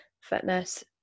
fitness